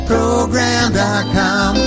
program.com